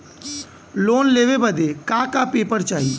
Loan लेवे बदे का का पेपर चाही?